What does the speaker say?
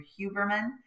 Huberman